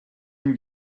nous